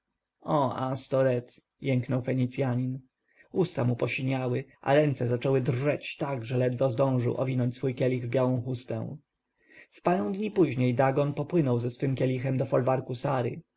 o astoreth jęknął fenicjanin usta mu posiniały a ręce zaczęły drżeć tak że ledwie zdążył owinąć swój kielich w białą chustę w parę dni później dagon popłynął ze swoim kielichem do folwarku sary